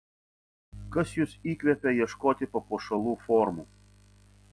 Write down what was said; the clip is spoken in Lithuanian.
kas jus įkvepia ieškoti papuošalų formų